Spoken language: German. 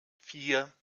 vier